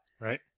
Right